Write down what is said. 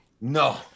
No